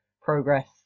Progress